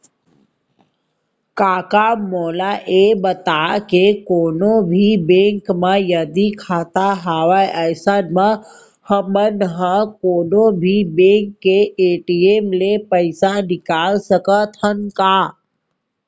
कका मोला ये बता के कोनों भी बेंक म यदि खाता हवय अइसन म हमन ह कोनों भी बेंक के ए.टी.एम ले पइसा निकाल सकत हन का?